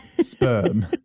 sperm